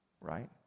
right